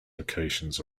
locations